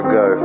go